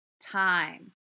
time